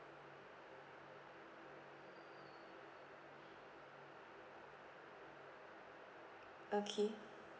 okay